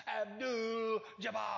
Abdul-Jabbar